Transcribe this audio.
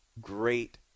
great